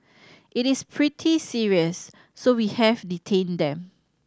it is pretty serious so we have detained them